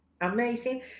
amazing